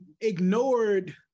ignored